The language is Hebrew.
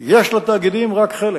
יש לתאגידים רק חלק.